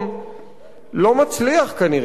לא מצליח, כנראה, או אולי,